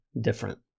different